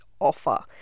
offer